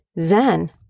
Zen